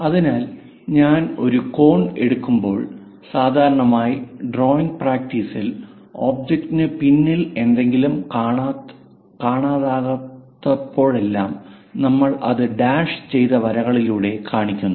അതിനാൽ ഞാൻ ഒരു കോൺ എടുക്കുമ്പോൾ സാധാരണയായി ഡ്രോയിംഗ് പ്രാക്ടീസിൽ ഒബ്ജക്റ്റിന് പിന്നിൽ എന്തെങ്കിലും കാണാനാകാത്തപ്പോഴെല്ലാം നമ്മൾ അത് ഡാഷ് ചെയ്ത വരികളിലൂടെ കാണിക്കുന്നു